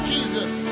Jesus